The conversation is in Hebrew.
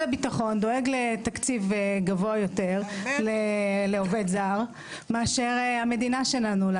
דואג לתקציב גבוה יותר לעובד זר מאשר הביטוח הלאומי,